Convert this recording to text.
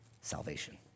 salvation